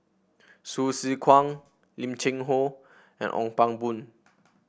Hsu Tse Kwang Lim Cheng Hoe and Ong Pang Boon